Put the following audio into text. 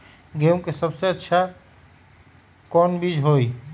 गेंहू के सबसे अच्छा कौन बीज होई?